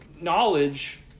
knowledge